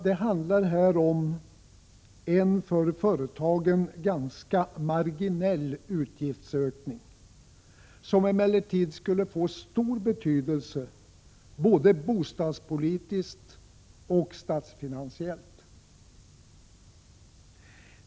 Det handlar här om en för företagen ganska marginell utgiftsökning, som emellertid skulle få stor betydelse, både bostadspolitiskt och statsfinansiellt.